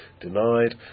denied